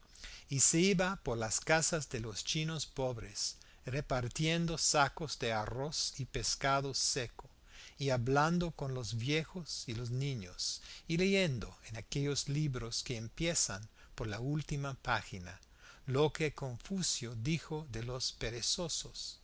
y se iba por las casas de los chinos pobres repartiendo sacos de arroz y pescado seco y hablando con los viejos y los niños y leyendo en aquellos libros que empiezan por la última página lo que confucio dijo de los perezosos